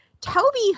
Toby